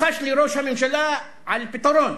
לחש לי ראש הממשלה על פתרון.